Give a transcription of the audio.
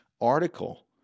article